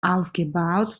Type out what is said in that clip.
aufgebaut